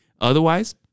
otherwise